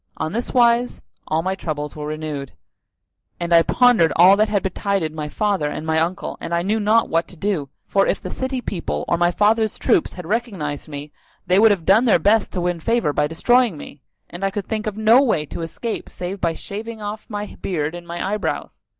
on this wise all my troubles were renewed and i pondered all that had betided my father and my uncle and i knew not what to do for if the city people or my father's troops had recognised me they would have done their best to win favour by destroying me and i could think of no way to escape save by shaving off my beard and my eyebrows.